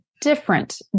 different